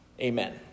Amen